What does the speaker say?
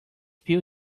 pill